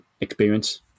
experience